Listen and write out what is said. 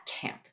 camp